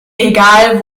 egal